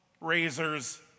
razors